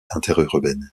interurbaine